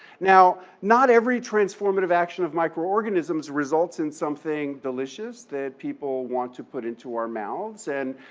now, not every transformative action of microorganisms results in something delicious that people want to put into our mouths and,